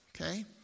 okay